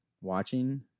watching